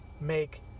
make